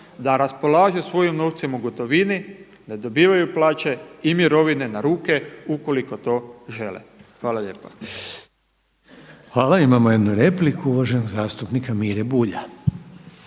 da raspolaže svojim novcima u gotovini, da dobivaju plaće i mirovine na ruke ukoliko to žele. Hvala lijepa. **Reiner, Željko (HDZ)** Hvala. Imamo jednu repliku, uvaženog zastupnika Mire Bulja.